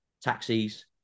taxis